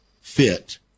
fit